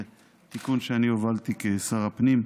זה תיקון שאני הובלתי כשר הפנים,